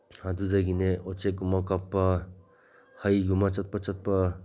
ꯑꯗꯨꯗꯒꯤꯅꯦ ꯎꯆꯦꯛꯀꯨꯝꯕ ꯀꯥꯞꯞ ꯍꯩꯒꯨꯝꯕ ꯆꯠꯄ ꯆꯠꯄ